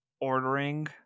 ordering